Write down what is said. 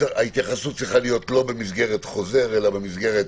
לא במסגרת חוזר אלא במסגרת